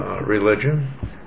religion